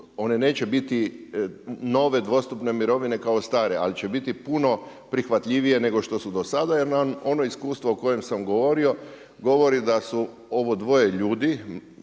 one neće biti nove dvostupne mirovine kao stare, ali će biti puno prihvatljivije nego što su do sada jer nam ono iskustvo o kojem sam govorio govori da su ovo dvoje ljudi,